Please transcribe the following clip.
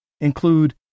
include